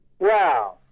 Wow